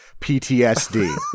PTSD